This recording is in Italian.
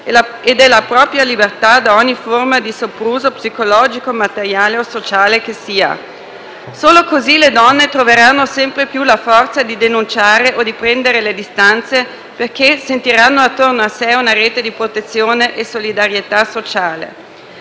e della propria libertà da ogni forma di sopruso psicologico, materiale o sociale che sia. Solo così le donne troveranno sempre più la forza di denunciare o di prendere le distanze perché sentiranno attorno a sé una rete di protezione e solidarietà sociale,